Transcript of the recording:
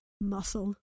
Muscle